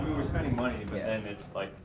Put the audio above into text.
we're spending money but and and it's like,